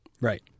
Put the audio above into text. Right